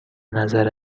نظر